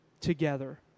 together